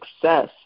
success